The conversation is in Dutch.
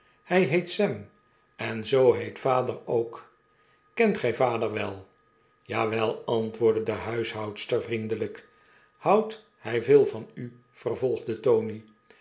hij heet sam en zoo heet vader ook kent gij vader wel ja wel antwoordde de huishoudster vriendelijk houdt hij veel vanu vervolgde tony